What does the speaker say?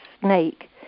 snake